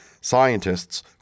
Scientists